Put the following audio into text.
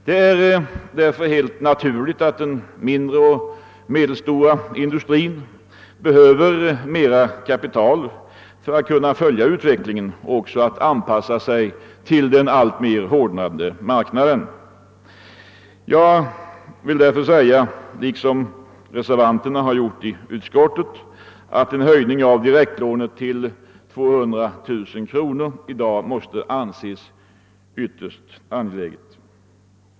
Det är helt naturligt att den mindre och medelstora industrin behöver mer kapital för att kunna följa utvecklingen och anpassa sig till den hårdnande marknaden. Jag anser därför i likhet med reservanterna i utskottet att en höjning av taket för direktlån till 200 000 kr. i dag är ytterst angelägen. Herr talman!